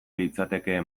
litzateke